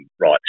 right